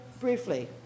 briefly